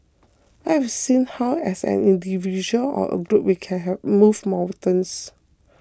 I have seen how as an individual or a group we can have move mountains